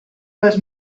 les